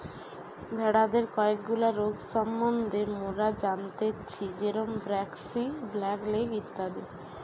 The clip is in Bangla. ভেড়াদের কয়েকগুলা রোগ সম্বন্ধে মোরা জানতেচ্ছি যেরম ব্র্যাক্সি, ব্ল্যাক লেগ ইত্যাদি